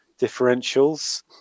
differentials